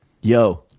yo